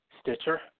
Stitcher